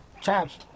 Chaps